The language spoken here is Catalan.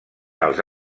els